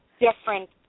different